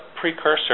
precursor